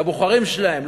לבוחרים שלהם.